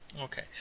Okay